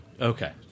Okay